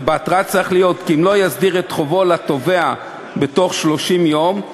ובהתראה צריך להיות כתוב שאם לא יסדיר את חובו לתובע בתוך 30 יום,